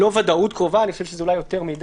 לא "ודאות קרובה", אני חושב שזה אולי יותר מדי.